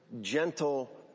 gentle